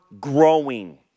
growing